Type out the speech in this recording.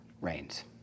reigns